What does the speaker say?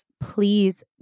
please